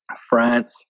France